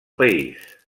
país